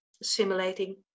assimilating